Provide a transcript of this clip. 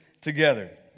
together